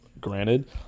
granted